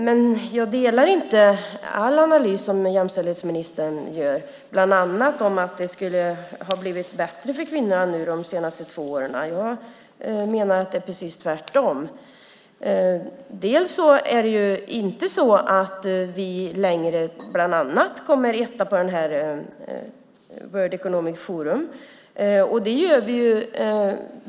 Men jag delar inte all analys som jämställdhetsministern gör. Det gäller bland annat att det skulle ha blivit bättre för kvinnorna de senaste två åren. Jag menar att det är precis tvärtom. Bland annat är vi inte längre etta på den här listan från World Economic Forum.